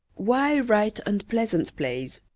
why write unpleasant plays?